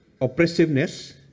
oppressiveness